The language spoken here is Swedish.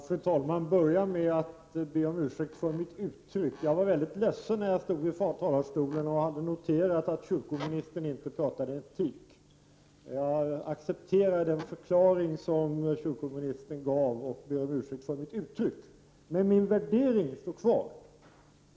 Fru talman! Får jag börja med att be om ursäkt för mitt uttryck. Jag var mycket ledsen när jag stod i talarstolen och hade noterat att kyrkooch ungdomsministern inte pratade om etik. Jag accepterar den förklaring som hon gav, men min värdering står kvar.